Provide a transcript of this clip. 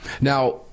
Now